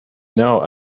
now